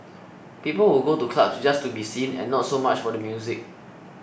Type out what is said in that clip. people would go to clubs just to be seen and not so much for the music